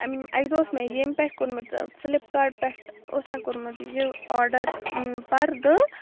اکہِ دۄہ اوس مےٚ ییٚمہِ پیٹھ کوٚرمُت فِلِپ کاٹ پیٹھ اوس مےٚ کوٚرمُت یہِ آرڈر پردٕ